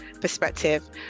perspective